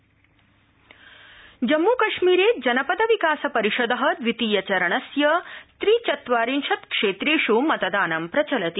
जम्मकश्मीर जम्मू कर्मीर जनपद विकासपरिषद द्वितीयचरणस्य त्रि चत्वारिशत् क्षेत्रेष् मतदानं प्रचलति